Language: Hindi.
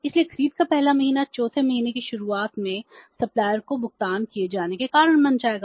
इसलिए खरीद का पहला महीना चौथे महीने की शुरुआत में आपूर्तिकर्ता को भुगतान किए जाने के कारण बन जाएगा